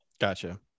Gotcha